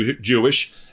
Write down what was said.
Jewish